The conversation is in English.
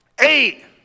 Eight